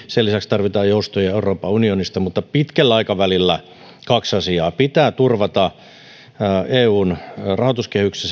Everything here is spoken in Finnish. sen lisäksi tarvitaan joustoja euroopan unionista mutta pitkällä aikavälillä kaksi asiaa pitää turvata eun rahoituskehyksessä